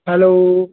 hello